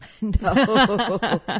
No